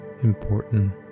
important